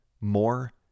more